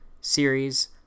series